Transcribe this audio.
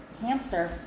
hamster